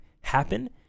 happen